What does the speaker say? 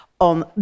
on